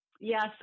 Yes